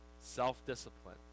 self-discipline